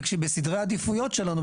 וכשבסדרי העדיפויות שלנו,